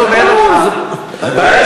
הוא לא יכול.